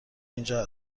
اینجا